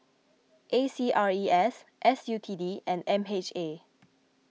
A C R E S S U T D and M H A